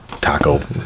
taco